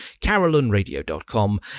carolynradio.com